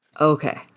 okay